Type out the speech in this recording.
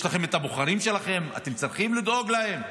יש לכם את הבוחרים שלכם, אתם צריכים לדאוג להם,